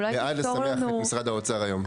אני בעד לשמח את משרד האוצר היום.